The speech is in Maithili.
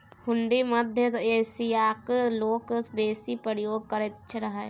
हुंडी मध्य एशियाक लोक बेसी प्रयोग करैत रहय